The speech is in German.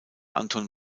anton